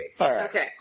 okay